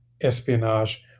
espionage